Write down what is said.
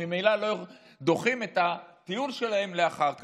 הם ממילא דוחים את הטיול שלהם לאחר כך.